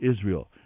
Israel